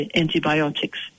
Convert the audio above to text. antibiotics